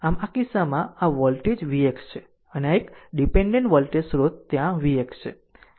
આમ આ કિસ્સામાં આ વોલ્ટેજ vx છે અને એક ડીપેન્ડેન્ટ વોલ્ટેજ સ્રોત ત્યાં vx છે